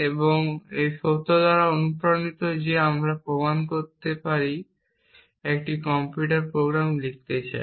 এবং এটি এই সত্য দ্বারা অনুপ্রাণিত যে আপনি প্রমাণ তৈরি করতে একটি কম্পিউটার প্রোগ্রাম লিখতে চান